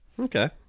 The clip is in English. Okay